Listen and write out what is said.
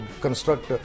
construct